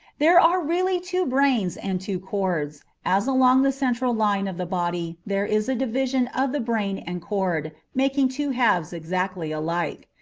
there are really two brains and two cords, as along the central line of the body there is a division of the brain and cord, making two halves exactly alike.